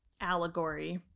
allegory